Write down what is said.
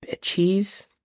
cheese